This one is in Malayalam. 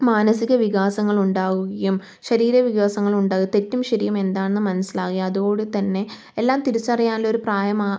മാനസിക വികാസങ്ങളുണ്ടാവുകയും ശരീര വികാസങ്ങൾ ഉണ്ടാകും തെറ്റും ശരിയും എന്താണെന്ന് മനസ്സിലാവുകയും അതോടൂടി തന്നെ എല്ലാം തിരിച്ചറിയാനുള്ളൊരു പ്രായമാ